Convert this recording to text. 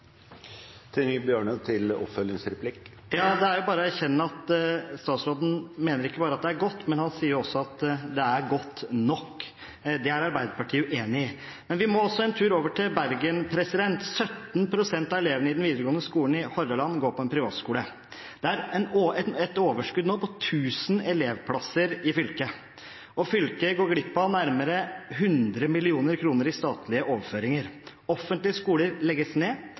Det er bare å erkjenne at statsråden mener at regelverket ikke bare er godt, han sier også at det er godt nok. Det er Arbeiderpartiet uenig i. Men vi må også en tur over til Bergen. 17 pst. av elevene i den videregående skolen i Hordaland går på en privatskole. Det er et overskudd nå på 1 000 elevplasser i fylket, og fylket går glipp av nærmere 100 mill. kr i statlige overføringer. Offentlige skoler legges ned,